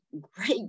great